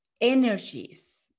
energies